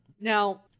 Now